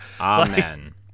Amen